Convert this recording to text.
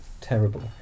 terrible